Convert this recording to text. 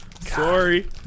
Sorry